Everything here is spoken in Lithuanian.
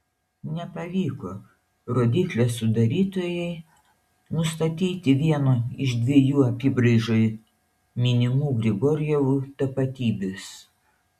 nepavyko rodyklės sudarytojai nustatyti vieno iš dviejų apybraižoje minimų grigorjevų tapatybės